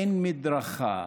אין מדרכה,